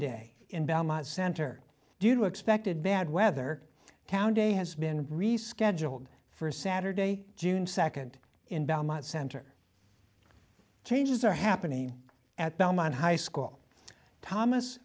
day in belmont center do you expected bad weather kaun day has been rescheduled for saturday june second in belmont center changes are happening at belmont high school thomas